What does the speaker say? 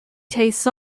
tastes